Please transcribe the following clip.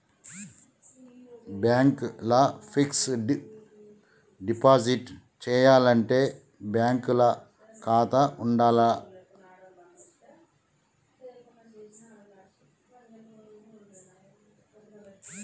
Bank ల fixed deposit చేయాలంటే bank ల ఖాతా ఉండాల్నా?